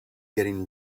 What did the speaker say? getting